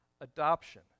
adoption